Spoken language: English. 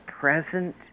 present